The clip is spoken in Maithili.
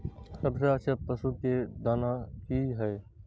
सबसे अच्छा पशु के दाना की हय?